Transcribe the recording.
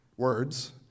words